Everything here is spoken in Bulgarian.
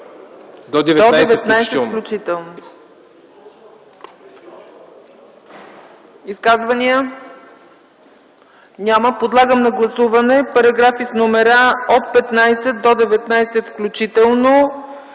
ЦЕЦКА ЦАЧЕВА: Изказвания? Няма. Подлагам на гласуване параграфи с номера от 15 до 19 включително